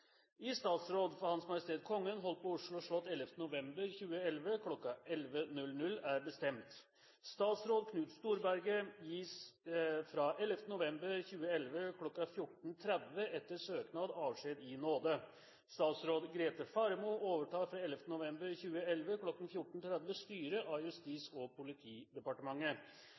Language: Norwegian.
statsråd for H.M. Kongen holdt på Oslo slott 11. november 2011 kl. 1100 er bestemt: Statsråd Knut Storberget gis fra 11. november 2011 klokken 14.30 etter søknad avskjed i nåde. Statsråd Grete Faremo overtar fra 11. november 2011 klokken 14.30 styret av Justis- og politidepartementet.